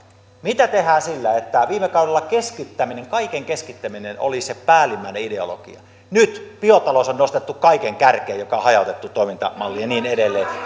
mitä tehdään sillä että viime kaudella keskittäminen kaiken keskittäminen oli se päällimmäinen ideologia nyt biotalous on nostettu kaiken kärkeen joka on hajautettu toimintamalli ja niin edelleen